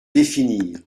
définir